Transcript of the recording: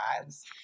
lives